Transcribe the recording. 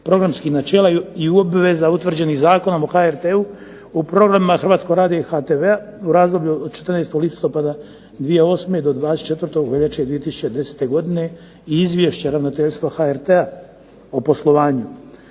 programskih načela i obveza utvrđenih Zakonom o HRT-u u programima HR-a i HRTV-a u razdoblju od 14. listopada 2008. do 24. veljače 2010. godine, Izvješća ravnateljstva HRT-a o poslovanju